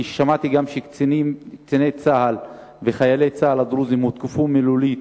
כי שמעתי גם שקציני צה"ל וחיילי צה"ל הדרוזים הותקפו מילולית,